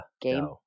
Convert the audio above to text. game